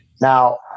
Now